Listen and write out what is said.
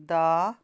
ਦਾ